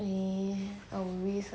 eh I would risk ah